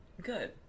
Good